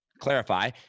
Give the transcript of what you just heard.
clarify